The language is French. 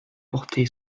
porté